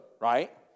right